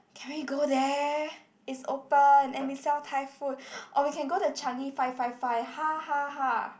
can we go there it's open and they sell Thai food or we can go the Changi five five five ha ha ha